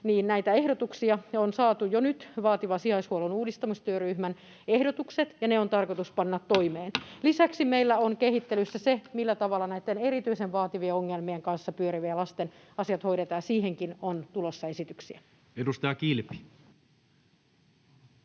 näitä ehdotuksia, ja on saatu jo nyt vaativan sijaishuollon uudistamistyöryhmän ehdotukset, ja ne on tarkoitus panna toimeen. Lisäksi meillä on kehittelyssä se, millä tavalla näitten erityisen vaativien ongelmien kanssa pyörivien lasten asiat hoidetaan, ja siihenkin on tulossa esityksiä. Edustaja Kilpi.